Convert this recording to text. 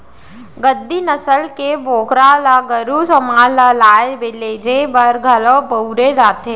गद्दी नसल के बोकरा ल गरू समान ल लाय लेजे बर घलौ बउरे जाथे